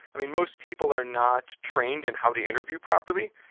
most people are not trained in how to interview properly.